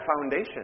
foundation